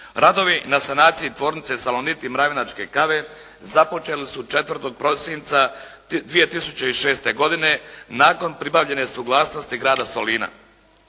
Radovi na sanacije tvornice “Salonit“ i “Mravinačke kave“ započeli su 4. prosinca 2006. godine nakon pribavljene suglasnosti grada Solina.